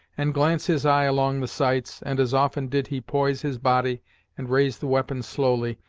and glance his eye along the sights, and as often did he poise his body and raise the weapon slowly,